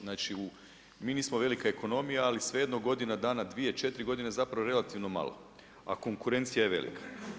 Znači mi nismo velika ekonomija, ali svejedno, godina dana, 2, 4 godine, zapravo relativno malo, a konkurencija je velika.